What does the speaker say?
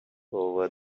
over